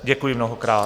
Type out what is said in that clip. Děkuji mnohokrát.